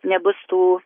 nebus tų